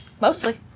Mostly